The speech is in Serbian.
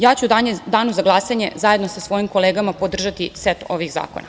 Ja ću u danu za glasanje, zajedno sa svojim kolegama, podržati set ovih zakona.